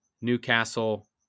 Newcastle